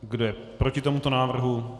Kdo je proti tomuto návrhu?